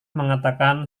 mengatakan